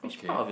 okay